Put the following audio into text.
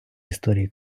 історії